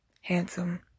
handsome